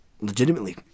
legitimately